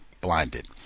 blinded